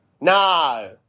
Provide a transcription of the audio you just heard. No